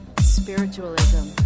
Spiritualism